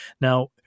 Now